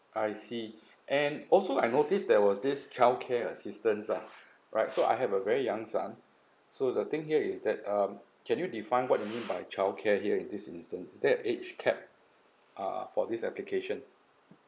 I see and also I noticed there was this childcare assistance ah right so I have a very young son so the thing here is that um can you define what you mean by childcare here in this instance that age cap uh for this application